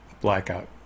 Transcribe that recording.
blackout